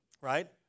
Right